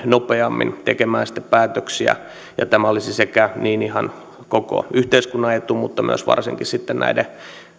nopeammin tekemään sitten päätöksiä ja tämä olisi sekä ihan koko yhteiskunnan etu että myös varsinkin näiden